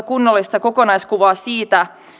kunnollista kokonaiskuvaa siitä